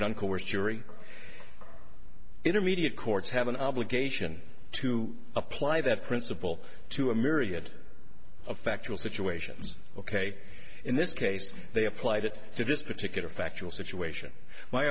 course jury intermediate courts have an obligation to apply that principle to a myriad of factual situations ok in this case they applied it to this particular factual situation my